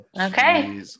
okay